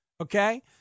okay